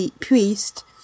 priest